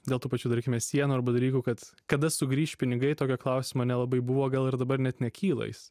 dėl tų pačių tarkime sienų arba dalykų kad kada sugrįš pinigai tokio klausimo nelabai buvo gal ir dabar net nekyla jis